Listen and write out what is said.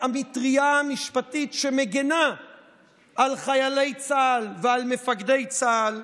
המטרייה המשפטית שמגינה על חיילי צה"ל ועל מפקדי צה"ל,